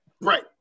Right